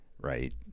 right